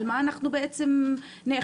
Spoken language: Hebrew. על מה אנחנו בעצם נאחזות,